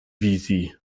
wizji